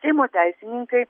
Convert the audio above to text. seimo teisininkai